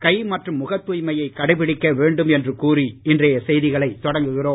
கை மற்றும் முகத் தூய்மையை கடைபிடிக்க வேண்டும் என்று கூறி இன்றைய செய்திகளை தொடங்குகிறோம்